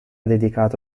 dedicato